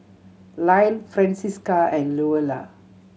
Lyle Francisca and Louella